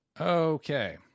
Okay